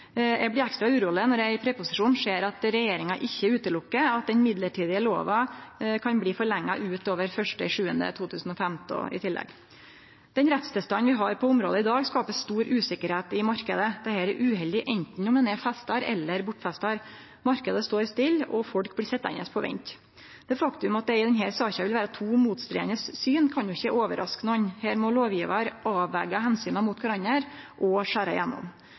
Eg blir ekstra uroleg når eg i proposisjonen i tillegg ser at regjeringa ikkje ser bort frå at den midlertidige lova kan bli forlengd utover 1. juli 2015. Den rettstilstanden vi har på området i dag, skaper stor usikkerheit i marknaden. Dette er uheldig enten ein er festar eller bortfestar. Marknaden står stille, og folk blir sitjande på vent. Det faktum at det i denne saka vil vere to motstridande syn, kan ikkje overraske nokon. Her må lovgjevar avvege omsyna mot kvarandre og